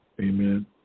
Amen